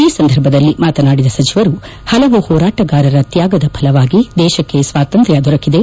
ಈ ಸಂದರ್ಭದಲ್ಲಿ ಮಾತನಾಡಿದ ಸಚಿವರು ಹಲವು ಹೋರಾಟಗಾರರ ತ್ಯಾಗದ ಫಲವಾಗಿ ದೇಶಕ್ಕೆ ಸ್ಲಾತಂತ್ರ್ ದೊರಕಿದೆ